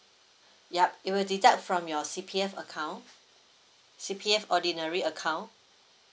yup it will deduct from your C_P_F account C_P_F ordinary account